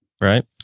Right